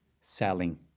selling